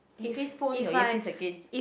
eh please put on your earpiece again